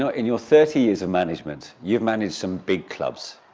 ah in your thirty years of management, you've managed some big clubs,